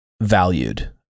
valued